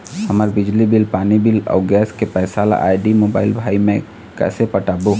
हमर बिजली बिल, पानी बिल, अऊ गैस के पैसा ला आईडी, मोबाइल, भाई मे कइसे पटाबो?